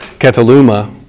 Cataluma